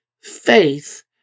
faith